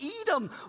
Edom